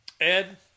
ed